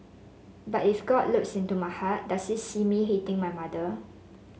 but if God looks into my heart does he see me hating my mother